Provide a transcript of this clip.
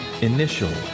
initial